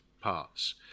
parts